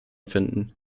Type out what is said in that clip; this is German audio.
finden